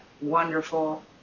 wonderful